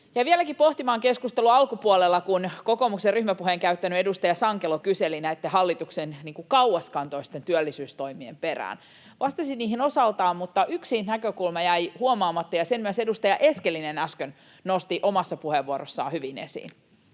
Jäin vieläkin pohtimaan, kun keskustelun alkupuolella kokoomuksen ryhmäpuheen käyttänyt edustaja Sankelo kyseli näitten hallituksen kauaskantoisten työllisyystoimien perään. Vastasin niihin osaltaan, mutta yksi näkökulma jäi huomaamatta, ja sen myös edustaja Eskelinen äsken nosti omassa puheenvuorossaan hyvin esiin: